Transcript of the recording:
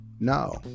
No